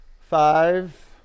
Five